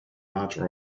large